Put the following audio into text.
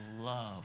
love